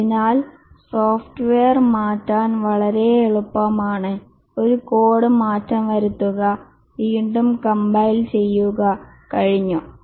അതിനാൽ സോഫ്റ്റ്വെയർ മാറ്റാൻ വളരെ എളുപ്പമാണ് ഒരു കോഡ് മാറ്റം വരുത്തുക വീണ്ടും കംപൈൽ ചെയ്യുക കഴിഞ്ഞു